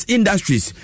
Industries